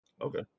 Okay